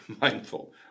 mindful